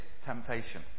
temptation